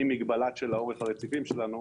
עם מגבלה של אורך הרציפים שלנו,